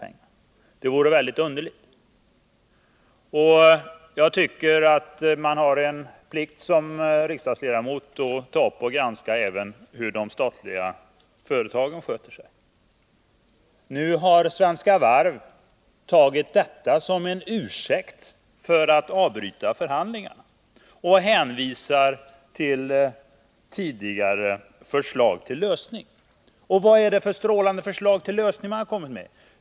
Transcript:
Och det skulle ju vara ett väldigt underligt förhållande. Jag tycker att man som riksdagsledamot har en plikt att granska även hur de statliga företagen sköter sig. Nu har Svenska Varv tagit detta som en ursäkt för att avbryta förhandlingarna och hänvisar till tidigare förslag till lösning. Och vad är det för strålande förslag till lösning som man har kommit med?